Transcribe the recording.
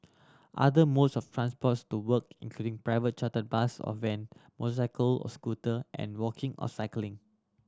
other modes of transports to work incline private chartered bus or van motorcycle or scooter and walking or cycling